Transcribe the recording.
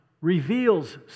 reveals